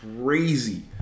crazy